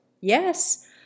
Yes